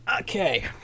okay